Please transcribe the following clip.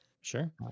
Sure